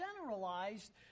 generalized